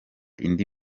indi